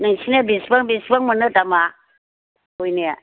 नोंसोरना बेसेबां बेसेबां मोनो दामआ गयनिया